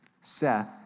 Seth